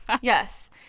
Yes